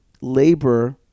labor